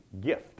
gift